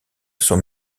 sont